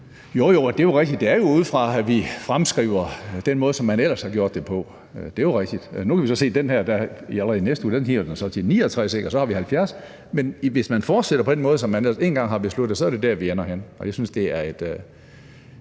og det er jo rigtigt. Det er jo ud fra, at vi fremskriver, altså den måde, som man ellers har gjort det på. Det er jo rigtigt. Nu kan vi så se, at allerede i næste uge stiger den så til 69 år, og så har vi 70 år. Men hvis man fortsætter på den måde, som man ellers en gang har besluttet, så er det dér, vi ender henne. Og jeg synes, det er et